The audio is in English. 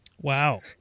Wow